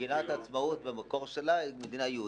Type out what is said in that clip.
במגילת העצמאות, במקור שלה, זה מדינה יהודית.